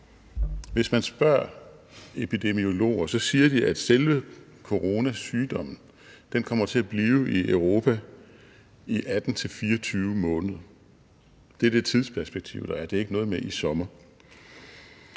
Hvis man spørger epidemiologer, siger de, at selve coronasygdommen kommer til at blive i Europa i 18-24 måneder. Det er det tidsperspektiv, der er; det er ikke noget med, at det